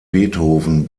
beethoven